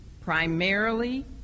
primarily